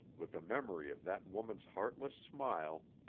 with a memory of that woman's heartless smile,